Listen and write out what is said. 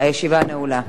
הישיבה נעולה.